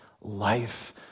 life